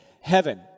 heaven